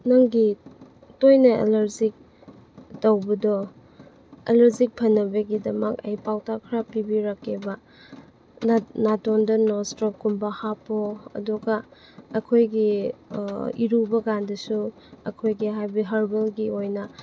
ꯅꯪꯒꯤ ꯇꯣꯏꯅ ꯑꯦꯂꯔꯖꯤꯛ ꯇꯧꯕꯗꯣ ꯑꯦꯂꯔꯖꯤꯛ ꯐꯅꯕꯒꯤꯗꯃꯛ ꯑꯩ ꯄꯥꯎꯇꯥꯛ ꯈꯔ ꯄꯤꯕꯤꯔꯛꯀꯦꯕ ꯅꯥꯇꯣꯟꯗ ꯅꯣꯁ ꯗ꯭ꯔꯣꯞꯀꯨꯝꯕ ꯍꯥꯞꯄꯣ ꯑꯗꯨꯒ ꯑꯩꯈꯣꯏꯒꯤ ꯏꯔꯨꯕꯀꯥꯟꯗꯁꯨ ꯑꯩꯈꯣꯏꯒꯤ ꯍꯥꯏꯗꯤ ꯍꯥꯔꯕꯦꯜꯒꯤ ꯑꯣꯏꯅ